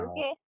Okay